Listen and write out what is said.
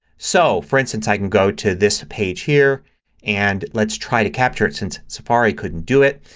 so, for instance, i can go to this page here and let's try to capture it since safari couldn't do it.